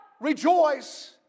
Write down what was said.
rejoice